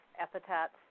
epithets